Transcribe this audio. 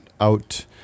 out